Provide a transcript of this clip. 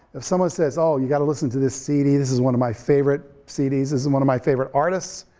if someone says, oh you gotta listen to this cd, this is one of my favorite cds, this is and one of my favorite artists,